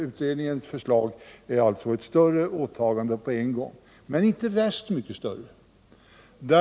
Utredningens förslag innebär således ett större åtagande på en gång. Men inte värst mycket större!